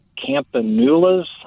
Campanulas